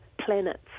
planets